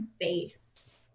face